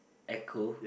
echo